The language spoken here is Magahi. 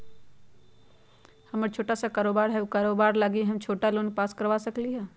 हमर छोटा सा कारोबार है उ कारोबार लागी हम छोटा लोन पास करवा सकली ह?